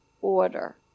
order